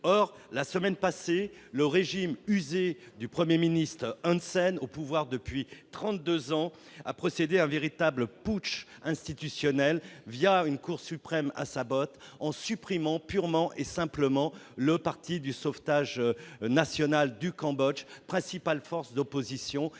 de la semaine passée, le régime usé du Premier ministre Hun Sen, au pouvoir depuis trente-deux ans, a procédé à un véritable putsch institutionnel, une cour suprême à sa botte, en supprimant purement et simplement le Parti du sauvetage national du Cambodge, principale force d'opposition.